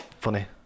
funny